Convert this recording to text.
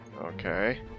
Okay